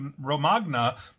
Romagna